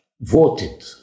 voted